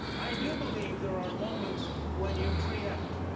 i do believe there are moments when you preempt.